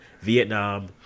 Vietnam